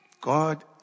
God